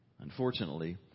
Unfortunately